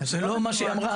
זה לא מה שהיא אמרה.